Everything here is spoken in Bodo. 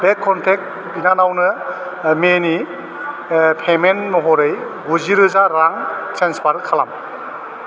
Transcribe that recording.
बे कनटेक्ट बिनानावनो मेनि पेमेन्ट महरै गुजि रोजा रां ट्रेन्सफार खालाम